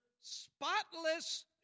spotless